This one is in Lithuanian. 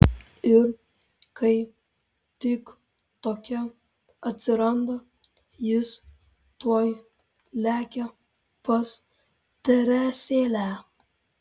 ir kai tik tokia atsiranda jis tuoj lekia pas teresėlę